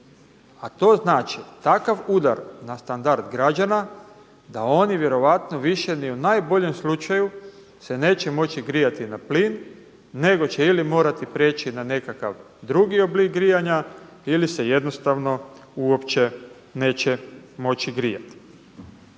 A to znači takav udar na standard građana da oni vjerojatno više ni u najboljem slučaju se neće moći grijati na plin nego će ili morati prijeći na nekakav drugi oblik grijanja ili se jednostavno uopće neće moći grijati.